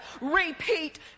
repeat